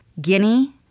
Guinea